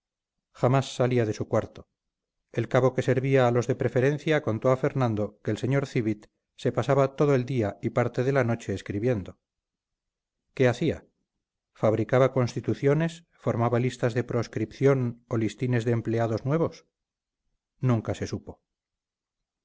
jamás salía de su cuarto el cabo que servía a los de preferencia contó a fernando que el sr civit se pasaba todo el día y parte de la noche escribiendo qué hacía fabricaba constituciones formaba listas de proscripción o listines de empleados nuevos nunca se supo a